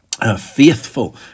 faithful